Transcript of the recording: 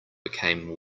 became